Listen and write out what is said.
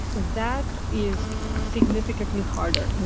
that is significantly harder.